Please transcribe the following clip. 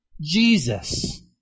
Jesus